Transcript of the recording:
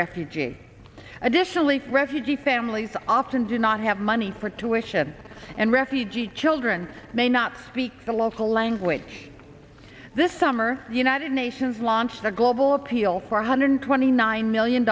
refugee additionally refugee families often do not have money for tuition and refugee children may not speak the local language this summer the united nations launched a global appeal all four hundred twenty nine million